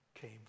came